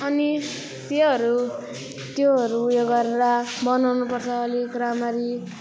अनि त्योहरू त्योहरू उयो गरेर बनाउनुपर्छ अलिक राम्ररी